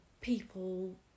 people